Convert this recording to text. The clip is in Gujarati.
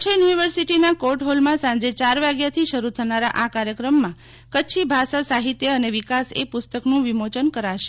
કચ્છ યુનિવર્સીટીના કોર્ટ હોલમાં સાંજે ચાર વાગ્યાથી શરુ થનારા આ કાર્યક્રમમાં કચ્છી ભાષા સાહિત્ય અને વિકાસ એ પુસ્તકનું વિમોચન કરાશે